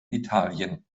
italien